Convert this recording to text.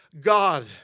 God